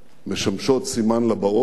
משמשות סימן לבאות,